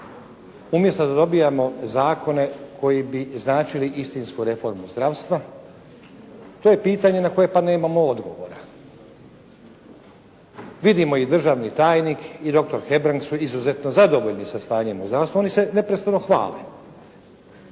umjesto da dobijamo zakone koji bi značili istinsku reformu zdravstva. To je pitanje na koje pa nemamo odgovora. Vidimo i državni tajnik i dr.Hebrang su izuzetno zadovoljni sa stanjem u zdravstvu, oni se neprestano hvale.